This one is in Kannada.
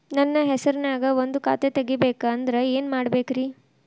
ನನ್ನ ಹೆಸರನ್ಯಾಗ ಒಂದು ಖಾತೆ ತೆಗಿಬೇಕ ಅಂದ್ರ ಏನ್ ಮಾಡಬೇಕ್ರಿ?